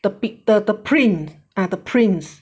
the big the the print ah the prints